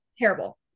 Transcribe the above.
Terrible